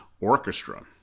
orchestra